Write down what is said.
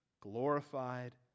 glorified